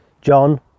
john